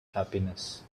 happiness